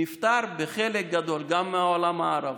זה נפתר בחלק גדול גם בעולם הערבי,